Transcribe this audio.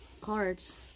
cards